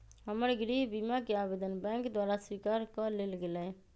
हमर गृह बीमा कें आवेदन बैंक द्वारा स्वीकार कऽ लेल गेलय